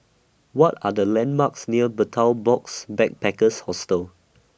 What Are The landmarks near Betel Box Backpackers Hostel